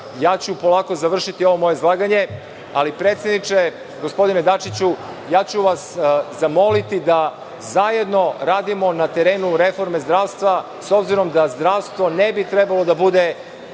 polako ću završiti ovo moje izlaganje. Predsedniče, gospodine Dačiću, ja ću vas zamoliti da zajedno radimo na terenu reforme zdravstva, s obzirom da zdravstvo ne bi trebalo da bude